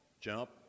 jump